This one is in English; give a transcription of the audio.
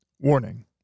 Warning